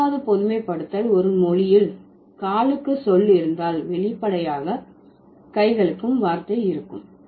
நான்காவது பொதுமைப்படுத்தல் ஒரு மொழியில் காலுக்கு ஒரு சொல் இருந்தால் வெளிப்படையாக கைகளுக்கும் வார்த்தை இருக்கும்